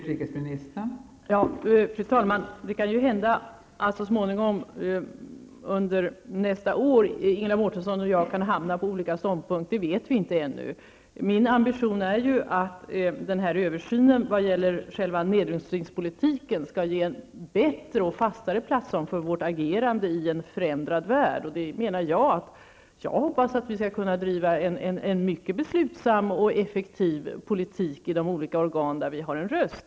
Fru talman! Det kan hända att Ingela Mårtensson och jag under nästa år kan hamna på olika ståndpunkter. Det vet vi inte ännu. Min ambition är att översynen i vad gäller själva nedrustningspolitiken skall ge bättre och fastare plattform för vårt agerande i en förändrad värld. Jag hoppas att vi skall kunna driva en mycket beslutsam och effektiv politik i de olika organ där vi har en röst.